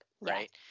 right